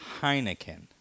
Heineken